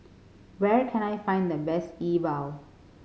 where can I find the best E Bua